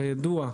כידוע,